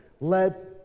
led